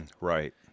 Right